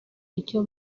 icyo